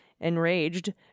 enraged